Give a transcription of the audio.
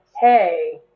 hey